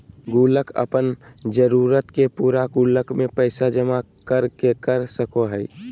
गुल्लक अपन जरूरत के पूरा गुल्लक में पैसा जमा कर के कर सको हइ